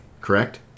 correct